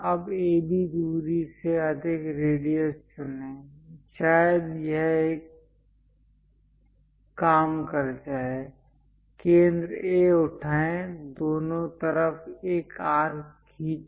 अब AB दूरी से अधिक रेडियस चुनें शायद यह एक काम कर जाए केंद्र A उठाएं दोनों तरफ एक आर्क खींचे